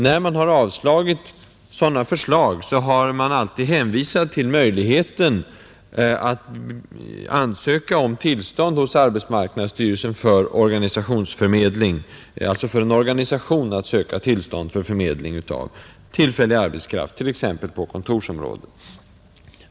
När man avslagit sådana förslag har man alltid hänvisat till möjligheten att ansöka om tillstånd hos arbetsmarknadsstyrelsen för organisationsförmedling, dvs. tillstånd för en organisation att förmedla tillfällig arbetskraft, t.ex. på kontorsområdet.